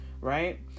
Right